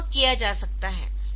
तो यह किया जा सकता है